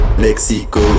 Mexico